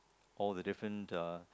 all the different uh